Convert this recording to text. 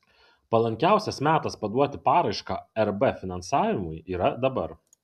palankiausias metas paduoti paraišką rb finansavimui yra dabar